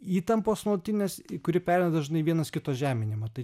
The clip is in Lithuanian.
įtampos nuolatinės kuri pereina dažnai į vienas kito žeminimą tai